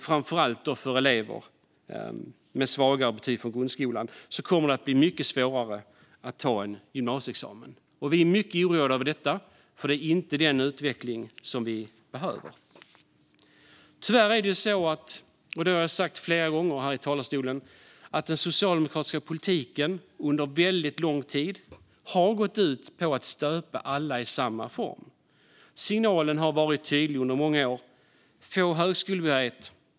Framför allt för elever med svagare betyg från grundskolan kommer det att bli mycket svårare att ta en gymnasieexamen. Vi är mycket oroade över detta; det är inte den utveckling som behövs. Tyvärr är det så, vilket jag har sagt flera gånger här i talarstolen, att den socialdemokratiska politiken under väldigt lång tid har gått ut på att stöpa alla i samma form. Signalen har varit tydlig under många år: Få högskolebehörighet!